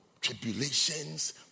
tribulations